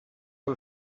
con